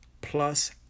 plus